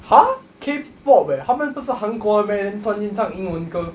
!huh! K-pop eh 她们不是韩国人 meh then 突然间唱英文歌